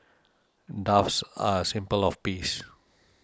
doves are a symbol of peace